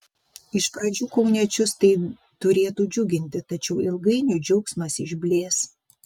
iš pradžių kauniečius tai turėtų džiuginti tačiau ilgainiui džiaugsmas išblės